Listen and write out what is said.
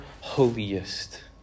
holiest